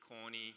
corny